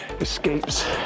escapes